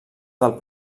del